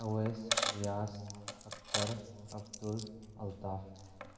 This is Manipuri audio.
ꯑꯋꯦꯁ ꯔꯤꯌꯥꯁ ꯑꯛꯇꯔ ꯑꯞꯇꯨꯜ ꯑꯜꯇꯥꯞ